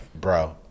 Bro